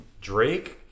Drake